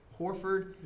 Horford